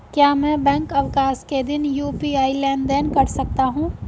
क्या मैं बैंक अवकाश के दिन यू.पी.आई लेनदेन कर सकता हूँ?